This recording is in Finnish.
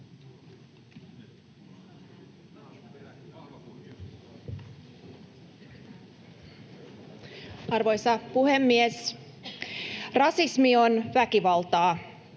Arvoisa puhemies! Rasismi on vakava